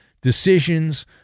decisions